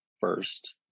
first